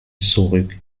zurück